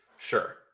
Sure